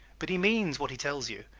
but he means what he tells you,